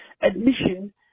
Admission